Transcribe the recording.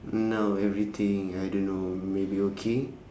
now everything I don't know maybe okay